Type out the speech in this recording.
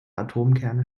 atomkerne